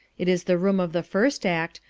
it is the room of the first act,